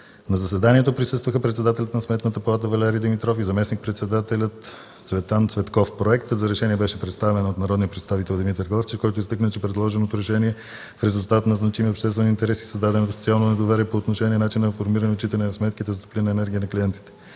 На заседанието присъстваха председателят на Сметната палата Валери Димитров и заместник-председателят на Сметната палата Цветан Цветков. Проектът за решение беше представен от народния представител Димитър Главчев, който изтъкна, че предложеното решение е в резултат на значимия обществен интерес и създаденото социално недоверие по отношение начина на формиране и отчитане на сметките за топлинна енергия на клиентите.